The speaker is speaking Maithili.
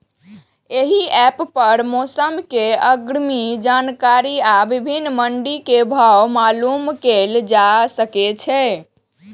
एहि एप पर मौसम के अग्रिम जानकारी आ विभिन्न मंडी के भाव मालूम कैल जा सकै छै